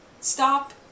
stop